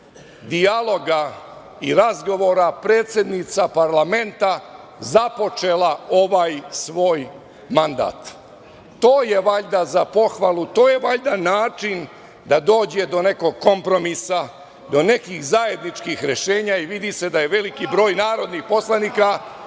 dijaloga i razgovora predsednica parlamenta započela ovaj svoj mandat. To je valjda za pohvalu, to je valjda način da dođe do nekog kompromisa, do nekih zajedničkih rešenja i vidi se da je veliki broj narodnih poslanika